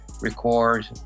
record